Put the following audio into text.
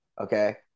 Okay